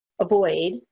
avoid